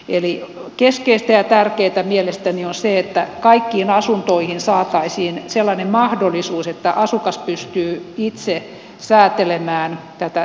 eli keskeistä ja tärkeätä mielestäni on se että kaikkiin asuntoihin saataisiin sellainen mahdollisuus että asukas pystyy itse säätelemään tätä sisälämpötilaa